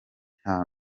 nta